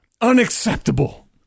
Unacceptable